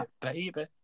baby